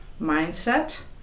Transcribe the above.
mindset